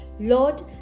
Lord